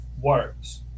works